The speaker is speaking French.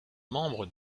membre